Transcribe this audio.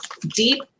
deep